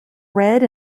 red